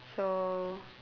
so